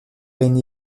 une